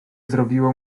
zrobiło